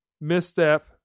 misstep